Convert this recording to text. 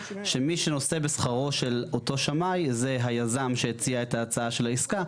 שמי שנושא בשכרו של אותו שמאי זה היזם שהציע את ההצעה של העסקה,